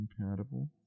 compatible